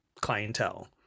clientele